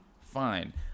Fine